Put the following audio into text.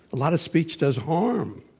a lot of speech does harm.